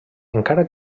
encara